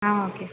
okay